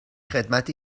خدمتی